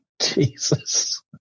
Jesus